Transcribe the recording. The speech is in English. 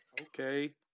Okay